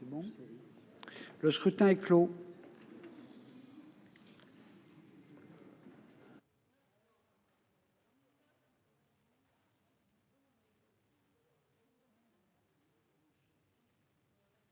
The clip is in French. Le scrutin est clos.